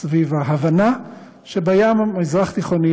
סביב ההבנה שבים המזרח-תיכוני,